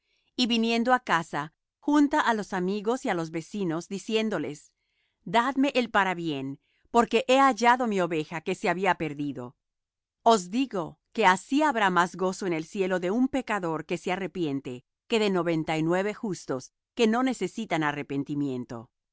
y viniendo á casa junta á los amigos y á los vecinos diciéndoles dadme el parabién porque he hallado mi oveja que se había perdido os digo que así habrá más gozo en el cielo de un pecador que se arrepiente que de noventa y nueve justos que no necesitan arrepentimiento